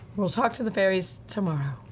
we'll talk to the fairies tomorrow.